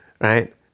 right